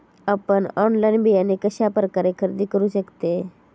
आपन ऑनलाइन बियाणे कश्या प्रकारे खरेदी करू शकतय?